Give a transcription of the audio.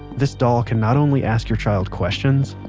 this doll can not only ask your child questions,